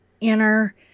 inner